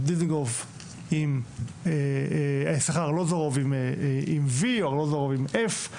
או ארלוזורוב עם V או ארלוזורוב עם F,